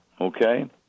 Okay